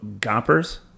gompers